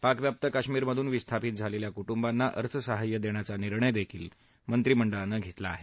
पाकव्याप्त काश्मीरमधून विस्थापित झालेल्या कु िोंना अर्थसहाय्य देण्याचा निर्णयही मंत्रिमंडळानं घेतला आहे